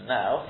now